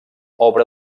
obra